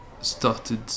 started